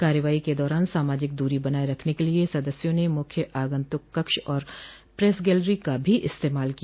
कार्यवाही के दौरान सामाजिक दूरी बनाये रखने के लिए सदस्यों ने मुख्य आगतुंक कक्ष और प्रेस गैलरी का भी इस्तेमाल किया